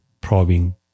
probing